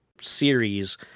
series